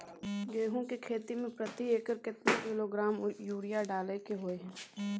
गेहूं के खेती में प्रति एकर केतना किलोग्राम यूरिया डालय के होय हय?